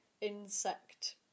insect